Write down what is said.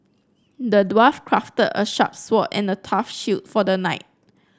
the dwarf crafted a sharp sword and a tough shield for the knight